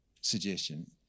suggestion